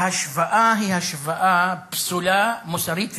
ההשוואה היא השוואה פסולה מוסרית ופוליטית.